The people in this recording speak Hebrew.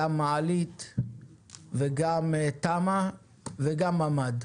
גם מעלית וגם תמ"א וגם ממ"ד.